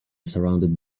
surrounded